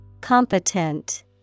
Competent